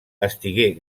estigué